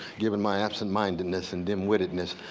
given my absentmindedness and dimwittedness,